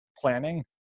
planning